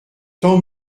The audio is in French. tant